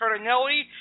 Cardinelli